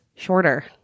Shorter